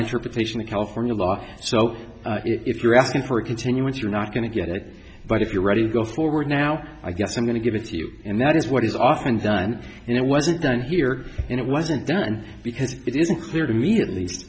interpretation of california law so if you're asking for a continuance you're not going to get it but if you're ready to go forward now i guess i'm going to give it to you and that is what is often done and it wasn't done here and it wasn't done because it isn't clear to me